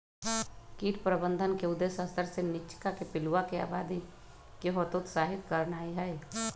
कीट प्रबंधन के उद्देश्य स्तर से नीच्चाके पिलुआके आबादी के हतोत्साहित करनाइ हइ